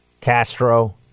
castro